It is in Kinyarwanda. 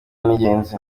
n’ingenzi